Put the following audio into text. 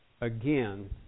again